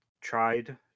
tried